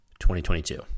2022